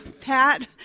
pat